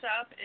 up